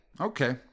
Okay